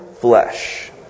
flesh